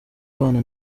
abana